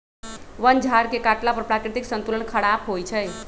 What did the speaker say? वन झार के काटला पर प्राकृतिक संतुलन ख़राप होइ छइ